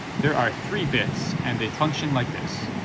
there are three bits, and they function like this.